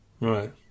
Right